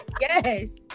Yes